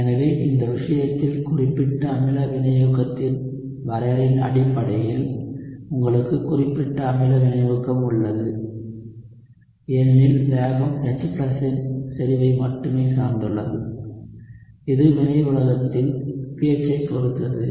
எனவே இந்த விஷயத்தில் குறிப்பிட்ட அமில வினையூக்கத்தின் வரையறையின் அடிப்படையில் உங்களுக்கு குறிப்பிட்ட அமில வினையூக்கம் உள்ளது ஏனெனில் வேகம் H இன் செறிவை மட்டுமே சார்ந்துள்ளது இது வினை ஊடகத்தின் pH ஐப் பொறுத்தது